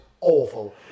awful